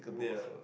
yeah